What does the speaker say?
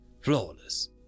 flawless